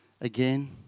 again